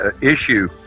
issue